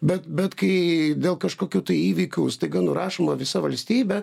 bet bet kai dėl kažkokių tai įvykių staiga nurašoma visa valstybė